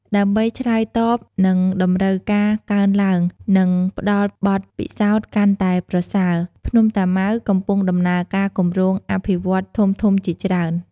ដើម្បីឆ្លើយតបនឹងតម្រូវការកើនឡើង និងផ្តល់បទពិសោធន៍កាន់តែប្រសើរ ភ្នំតាម៉ៅកំពុងដំណើរការគម្រោងអភិវឌ្ឍន៍ធំៗជាច្រើន។